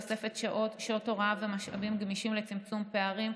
תוספת שעות הוראה ומשאבים גמישים לצמצום פערים,